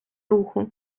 руху